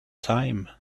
time